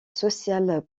social